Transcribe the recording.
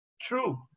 True